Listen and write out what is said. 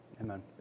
Amen